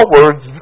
words